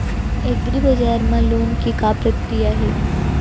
एग्रीबजार मा लोन के का प्रक्रिया हे?